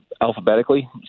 alphabetically